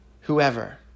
whoever